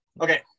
Okay